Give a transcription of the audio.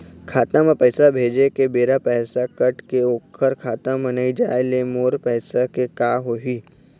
खाता म पैसा भेजे के बेरा पैसा कट के ओकर खाता म नई जाय ले मोर पैसा के का होही?